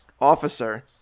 officer